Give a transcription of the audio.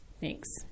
thanks